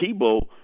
Tebow